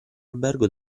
albergo